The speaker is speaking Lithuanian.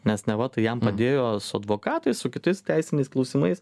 nes neva tai jam padėjo su advokatais su kitais teisiniais klausimais